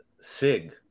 Sig